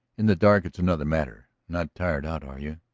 in the dark it's another matter. not tired out, are you?